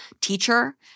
teacher